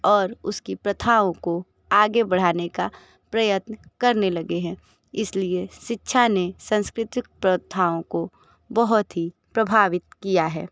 और उसकी प्रथाओं को आगे बढ़ाने का प्रयत्न करने लगे हैं इसलिए शिक्षा ने संस्कृतिक प्रथाओं को बहुत ही प्रभावित किया है